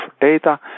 data